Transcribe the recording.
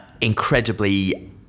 incredibly